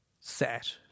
set